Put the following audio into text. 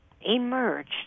emerged